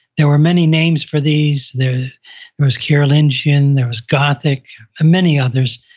there were many names for these, there there was carolingian, there was gothic, many others.